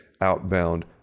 outbound